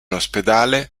ospedale